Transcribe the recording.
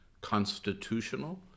constitutional